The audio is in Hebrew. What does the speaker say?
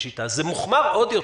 זה מוחמר עוד יותר.